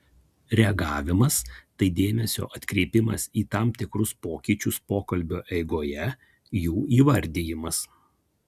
reagavimas tai dėmesio atkreipimas į tam tikrus pokyčius pokalbio eigoje jų įvardijimas